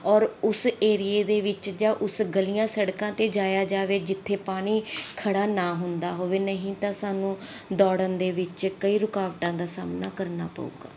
ਔਰ ਉਸ ਏਰੀਏ ਦੇ ਵਿੱਚ ਜਾਂ ਉਸ ਗਲੀਆਂ ਸੜਕਾਂ 'ਤੇ ਜਾਇਆ ਜਾਵੇ ਜਿੱਥੇ ਪਾਣੀ ਖੜ੍ਹਾ ਨਾ ਹੁੰਦਾ ਹੋਵੇ ਨਹੀਂ ਤਾਂ ਸਾਨੂੰ ਦੌੜਨ ਦੇ ਵਿੱਚ ਕਈ ਰੁਕਾਵਟਾਂ ਦਾ ਸਾਹਮਣਾ ਕਰਨਾ ਪਵੇਗਾ